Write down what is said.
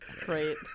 Great